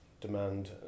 demand